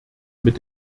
mit